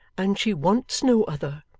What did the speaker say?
and she wants no other